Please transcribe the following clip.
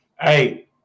Hey